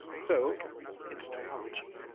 so it's topology.